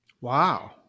Wow